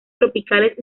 tropicales